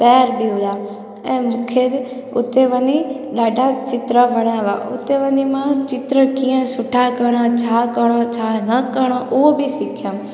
तयार बि हुआ ऐं मूंखे उते वञी ॾाढा चित्र वणिया हुआ उते वञी मां चित्र कीअं सुठा करणु छा करिणोछा न करणो उहो बि सिखियमि